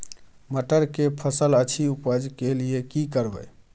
मटर के फसल अछि उपज के लिये की करबै?